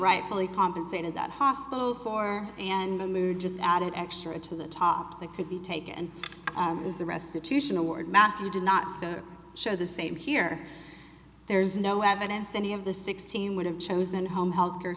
rightfully compensated that hospital floor and a mood just added extra to the top that could be taken as the restitution award matthew did not show the same here there's no evidence any of the sixteen would have chosen home health care